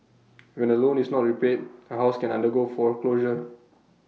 when A loan is not repaid A house can undergo foreclosure